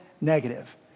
negative